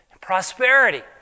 Prosperity